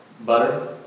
butter